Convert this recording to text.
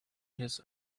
his